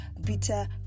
bitter